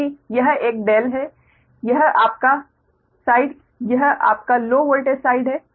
क्योंकि यह एक ∆ है यह आपका साइड यह आपका लो वोल्टेज साइड है